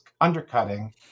undercutting